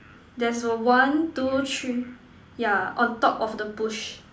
there's a one two three yeah on top of the push